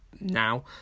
now